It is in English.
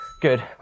Good